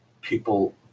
people